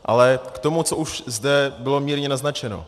Ale k tomu, co už zde bylo mírně naznačeno.